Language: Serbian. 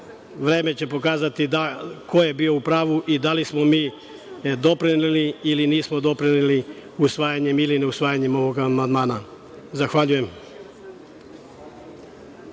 vreme pokazati ko je bio u pravu i da li smo mi doprineli ili nismo doprineli usvajanjem ili ne usvajanjem ovog amandmana. Zahvaljujem.